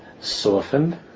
softened